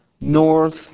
north